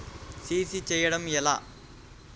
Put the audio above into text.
CC చేయడము ఎలా?